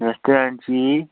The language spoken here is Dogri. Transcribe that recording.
नमस्ते मैडम जी